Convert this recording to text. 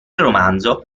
romanzo